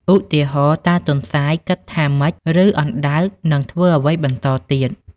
ឧទាហរណ៍ តើទន្សាយគិតថាម៉េច? ឬ តើអណ្ដើកនឹងធ្វើអ្វីបន្តទៀត?។